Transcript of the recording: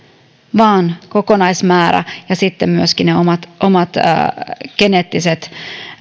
vaan kokonaismäärä ja myöskin ne omat omat geneettiset